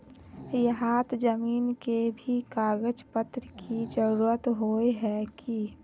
यहात जमीन के भी कागज पत्र की जरूरत होय है की?